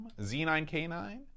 Z9K9